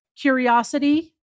curiosity